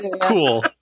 cool